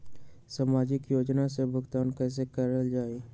सामाजिक योजना से भुगतान कैसे कयल जाई?